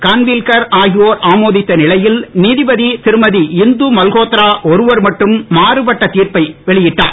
கான்வில்கர் ஆகியோர் ஆமோதித்த நிலையில் நீதிபதி திருமதிஇந்து மல்ஹோத்ரா ஒருவர் மட்டும் மாறுபட்ட திர்ப்பை வெளியிட்டார்